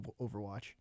Overwatch